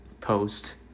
post